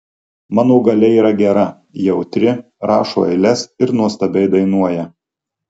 mano galia yra gera jautri rašo eiles ir nuostabiai dainuoja